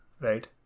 Right